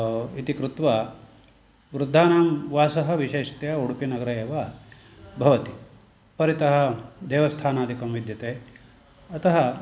इति कृत्वा वृद्धानां वासः विशेषतया उडुपिनगरे एव भवति परितः देवस्थानादिकं विद्यते अतः